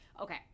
Okay